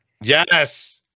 Yes